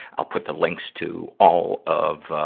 i'll put the links to all of,